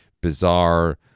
bizarre